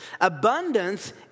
Abundance